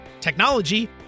technology